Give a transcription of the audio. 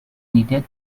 needed